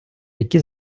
які